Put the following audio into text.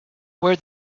where